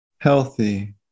healthy